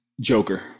Joker